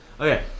okay